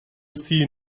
see